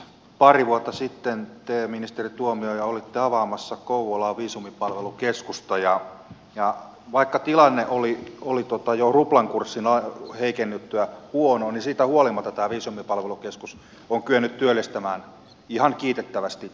pari vuotta sitten te ministeri tuomioja olitte avaamassa kouvolaan viisumipalvelukeskusta ja vaikka tilanne oli jo ruplan kurssin heikennyttyä huono niin siitä huolimatta tämä viisumipalvelukeskus on kyennyt työllistämään ihan kiitettävästi